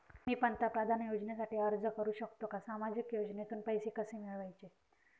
मी पंतप्रधान योजनेसाठी अर्ज करु शकतो का? सामाजिक योजनेतून पैसे कसे मिळवायचे